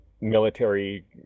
military